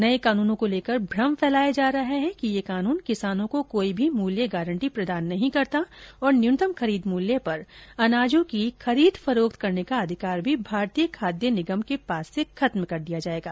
नए कानुनों को लेकर भ्रम फैलाया जा रहा है कि यह बिल किसानों को कोई भी मूल्य गारंटी प्रदान नहीं करता और न्यूनतम खरीद मूल्य पर अनाजों की खरीद फरोख्त करने का अधिकार भी भारतीय खाद्य निगम के पास से खत्म कर दिया जाएगा